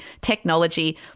technology